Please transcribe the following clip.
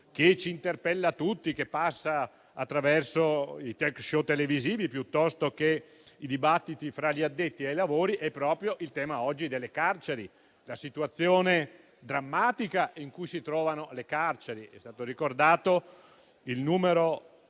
che ci interpella tutti, che passa attraverso i *talk* *show* televisivi o nei dibattiti fra gli addetti ai lavori, è proprio il tema delle carceri e la situazione drammatica in cui si trovano oggi le carceri. È stato ricordato il numero